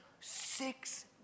six